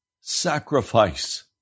sacrifice